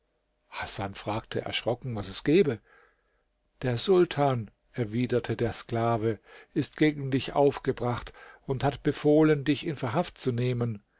hasan fragte erschrocken was es gebe der sultan erwiderte der sklave ist gegen dich aufgebracht und hat befohlen dich in verhaft zu nehmen